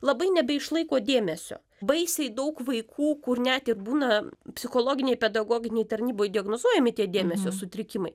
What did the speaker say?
labai nebeišlaiko dėmesio baisiai daug vaikų kur net ir būna psichologinėj pedagoginėj tarnyboj diagnozuojami tie dėmesio sutrikimai